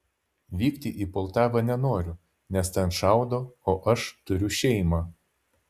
vykti į poltavą nenoriu nes ten šaudo o aš turiu šeimą